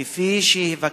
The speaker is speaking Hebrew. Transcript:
כפי שהתווכחנו,